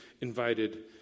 invited